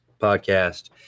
podcast